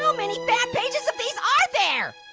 so many bad pages of these are there?